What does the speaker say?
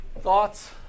thoughts